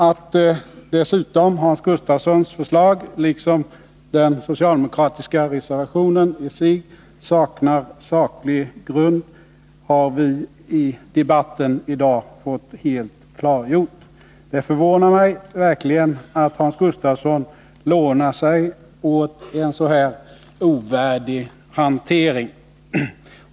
Att dessutom Hans Gustafssons förslag, liksom den socialdemokratiska reservationen i sig, inte äger saklig grund har vi i debatten i dag fått helt klargjort. Det förvånar mig verkligen att Hans Gustafsson lånar sig till en så här ovärdig hantering.